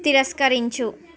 తిరస్కరించు